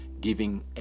giving